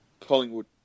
Collingwood